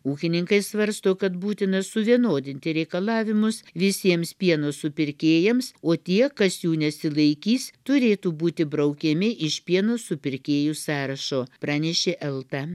ūkininkai svarsto kad būtina suvienodinti reikalavimus visiems pieno supirkėjams o tie kas jų nesilaikys turėtų būti braukiami iš pieno supirkėjų sąrašo pranešė elta